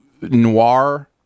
noir